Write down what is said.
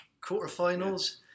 quarter-finals